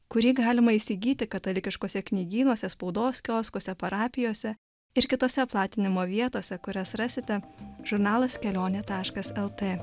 kurį galima įsigyti katalikiškuose knygynuose spaudos kioskuose parapijose ir kitose platinimo vietose kurias rasite žurnalas kelionė taškas lt